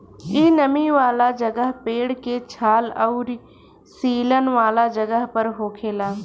इ नमी वाला जगह, पेड़ के छाल अउरी सीलन वाला जगह पर होखेला